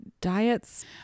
diets